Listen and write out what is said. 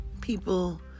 people